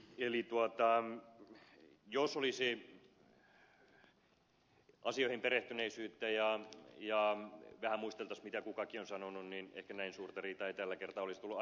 eli jos olisi asioihin perehtyneisyyttä ja vähän muisteltaisiin mitä kukakin on sanonut niin ehkä näin suurta riitaa ei tällä kertaa olisi saatu aikaan